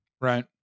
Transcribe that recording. Right